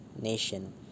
nation